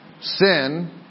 Sin